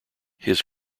his